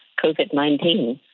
covid nineteen,